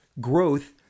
growth